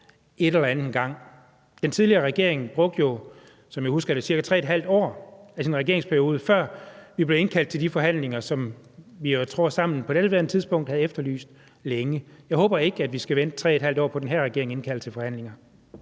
et eller andet en gang. Den tidligere regering brugte jo, som jeg husker det, ca. 3½ år af sin regeringsperiode, før vi blev indkaldt til de forhandlinger, som jeg tror vi sammen på daværende tidspunkt havde efterlyst længe. Jeg håber ikke, vi skal vente 3½ år på, at den her regering indkalder til forhandlinger.